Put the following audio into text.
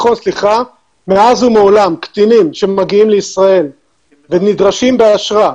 מאז ומעולם קטינים שמגיעים לישראל נדרשים באשרה.